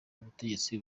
ubutegetsi